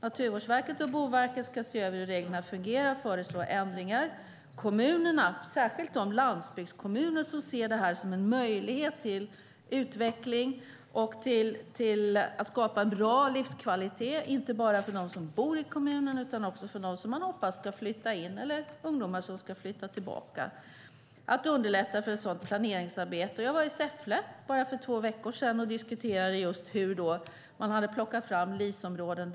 Naturvårdsverket och Boverket ska se över hur reglerna fungerar och föreslå ändringar. Kommunerna, särskilt landsbygdskommunerna, ser det här som en möjlighet till utveckling och till att skapa en bra livskvalitet inte bara för dem som bor i kommunen utan också för dem som man hoppas ska flytta in eller för de ungdomar som ska flytta tillbaka. Det gäller att underlätta för ett sådant planeringsarbete. Jag var i Säffle för två veckor sedan och diskuterade just hur de hade plockat fram LIS-områden.